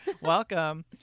welcome